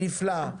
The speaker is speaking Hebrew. נפלא,